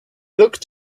looked